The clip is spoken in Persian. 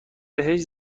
بهش